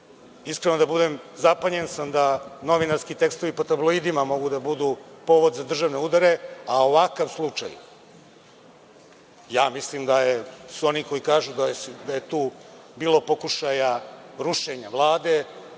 da budem zapanjen sam da novinarski tekstovi po tabloidima mogu da budu povod za državne udare, a ovakav slučaj ja mislim da su oni koji kažu da je tu bilo pokušaja rušenja Vlade,